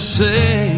say